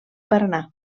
paranà